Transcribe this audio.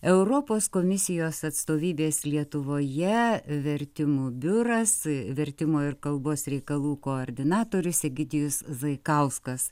europos komisijos atstovybės lietuvoje vertimų biuras vertimo ir kalbos reikalų koordinatorius egidijus zaikauskas